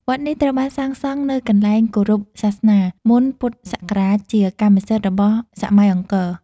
វត្តនេះ ត្រូវបានសាងសង់នៅកន្លែងគោរពសាសនា មុនពុទ្ធសករាជជាកម្មសិទ្ធិរបស់សម័យអង្គរ។